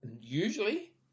usually